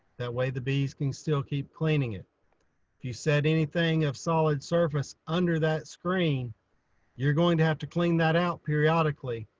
that way the bees can still keep cleaning it. if you set anything of solid surface under that screen you're going to have to clean that out periodically.